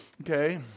okay